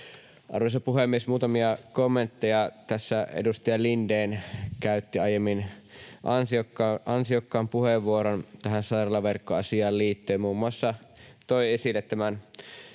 Arvoisa puhemies! Muutamia kommentteja: Edustaja Lindén käytti aiemmin ansiokkaan puheenvuoron tähän sairaalaverkkoasiaan liittyen. Hän muun muassa toi esille tämän